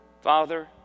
Father